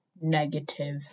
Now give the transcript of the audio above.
negative